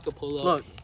Look